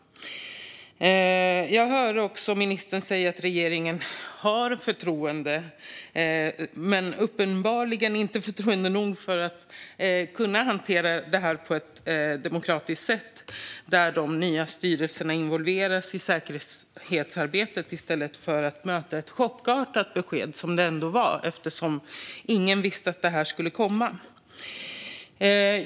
Ministern säger att regeringen har förtroende, men man har uppenbarligen inte förtroende nog att kunna hantera detta på ett demokratiskt sätt, där de nya styrelserna involveras i säkerhetsarbetet i stället för att möta ett chockartat besked. Ingen visste ju att detta skulle komma.